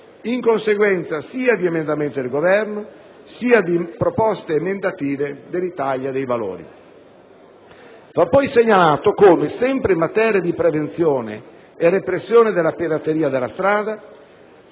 in conseguenza sia di emendamenti del Governo, sia di proposte emendative dell'Italia dei Valori. Sempre in materia di prevenzione e repressione della pirateria della strada,